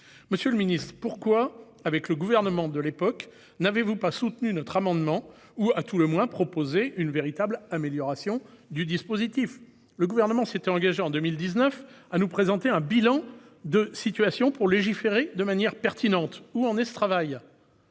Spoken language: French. Monsieur le ministre, pourquoi, avec le gouvernement de l'époque, n'avez-vous pas soutenu notre amendement ou, à tout le moins, proposé une véritable amélioration du dispositif ? Le Gouvernement s'était engagé en 2019 à nous présenter un bilan de situation pour légiférer de manière pertinente : où en est ce travail ?